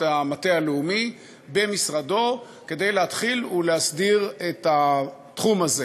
המטה הלאומי במשרדו כדי להתחיל ולהסדיר את התחום הזה.